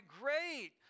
great